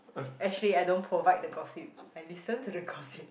actually I don't provide the gossip I listen to the gossip